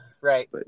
Right